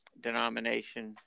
denomination